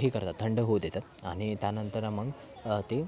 हे करतात थंड होऊ देतात आणि त्यानंतर मग ते